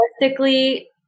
realistically